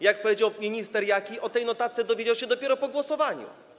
Jak powiedział minister Jaki, o tej notatce dowiedział się dopiero po głosowaniu.